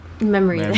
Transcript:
Memory